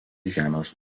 žemės